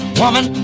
woman